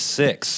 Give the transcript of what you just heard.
six